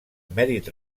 mèrit